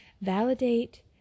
Validate